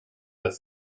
that